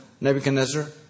Nebuchadnezzar